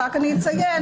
אני רק אסיים,